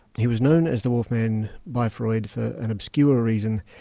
he was known as the wolf man by freud for an obscure reason,